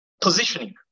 positioning